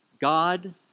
God